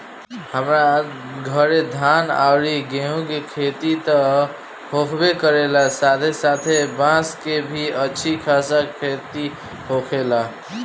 हमरा घरे धान अउरी गेंहू के खेती त होखबे करेला साथे साथे बांस के भी अच्छा खासा खेती होखेला